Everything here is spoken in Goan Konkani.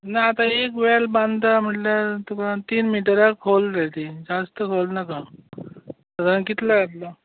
ना आतां एक व्हेल बांदता म्हणल्यार तुका तीन मिटरान खोल रे ती सारको खोल नाका साधारण कितलो येतलो